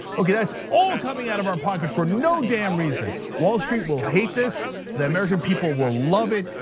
okay, that's all coming out of our pocket for no damn reason. wall street will hate this the american people will love it,